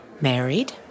Married